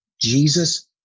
jesus